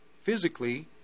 physically